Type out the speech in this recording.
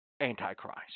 antichrist